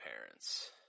parents